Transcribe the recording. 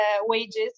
wages